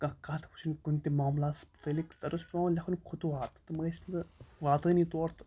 کانٛہہ کَتھ وٕچھِنۍ کُنہِ تہِ معاملاتَس متعلِق تَتھ اوس پٮ۪وان لیٚکھُن خطوہات تِم ٲسۍ نہٕ واتٲنی تور تہٕ